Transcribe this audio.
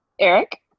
Eric